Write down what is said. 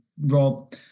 Rob